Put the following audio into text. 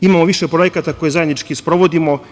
Imamo više projekata koje zajednički sprovodimo.